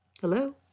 Hello